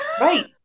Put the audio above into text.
Right